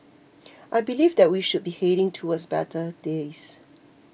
I believe that we should be heading towards better days